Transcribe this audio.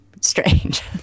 strange